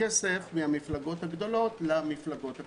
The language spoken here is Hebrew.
הגדולות למפלגות הקטנות,